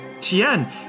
Tian